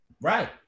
Right